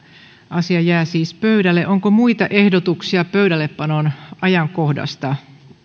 asia jää siis pöydälle onko muita ehdotuksia pöydällepanon ajankohdasta